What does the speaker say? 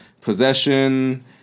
possession